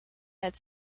had